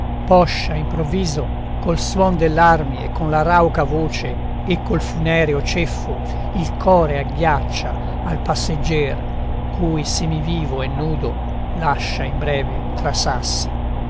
poscia improvviso col suon dell'armi e con la rauca voce e col funereo ceffo il core agghiaccia al passegger cui semivivo e nudo lascia in breve tra sassi